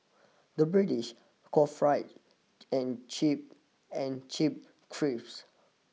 the British call fried and chip and chip crisps